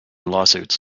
lawsuits